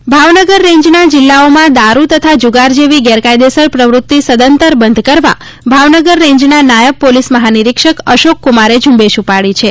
દારૂ ભાવનગર રેન્જના જીલ્લાઓમાં દારૂ તથા જુગાર જેવી ગેરકાયદેસર પ્રવૃતિ સદ્દતર બંધ કરવા ભાવનગર રેન્જના નાયબ પોલીસ મહાનિરીક્ષક શ્રી અશોક કુમારે ઝુંબેશ ઉપાડી છે